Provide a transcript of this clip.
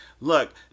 look